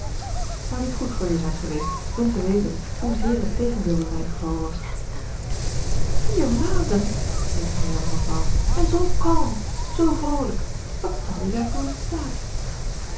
het zou niet goed voor je zijn geweest toen te weten hoe zeer het tegendeel bij mij t geval was vier maanden riep marianne nogmaals en zoo kalm zoo vroolijk wat stelde je daartoe in staat